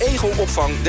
Egelopvang